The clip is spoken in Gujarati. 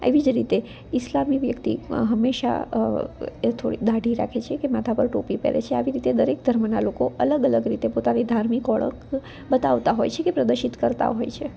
એવી જ રીતે ઇસ્લામી વ્યક્તિ હંમેશાં થોડીક દાઢી રાખે છે કે માથા પર ટોપી પહેરે છે આવી રીતે દરેક ધર્મના લોકો અલગ અલગ રીતે પોતાની ધાર્મિક ઓળખ બતાવતા હોય છે કે પ્રદર્શિત કરતા હોય છે